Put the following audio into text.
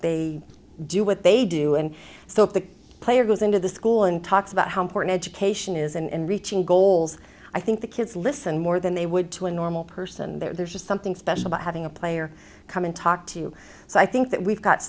they do what they do and so if the player goes into the school and talks about how important education is and reaching goals i think the kids listen more than they would to a normal person there's just something special about having a player come in talk to you so i think that we've got